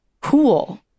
cool